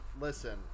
listen